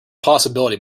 possibility